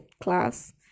class